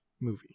movie